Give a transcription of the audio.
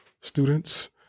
students